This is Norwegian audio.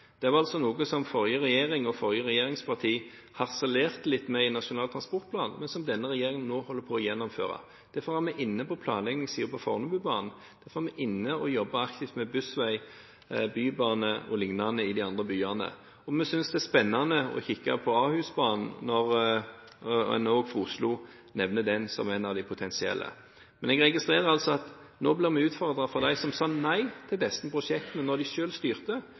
Det var noe som den forrige regjeringen og de forrige regjeringspartiene harselerte litt med i Nasjonal transportplan, men som denne regjeringen nå holder på å gjennomføre. Derfor var vi inne på planlegningssiden på Fornebubanen, og derfor er vi med og jobber aktivt med buss, vei, bybane og liknende i de andre byene. Og vi synes det er spennende å kikke på Ahus-banen når man også fra Oslo nevner den som en av de potensielle. Men jeg registrerer at vi nå blir utfordret av dem som sa nei til disse prosjektene da de selv styrte,